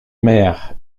maire